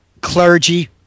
clergy